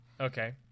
Okay